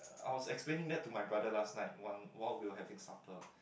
I was explaining that to my brother last night when while we were having supper